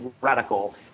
radical